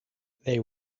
they